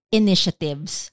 initiatives